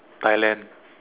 Thailand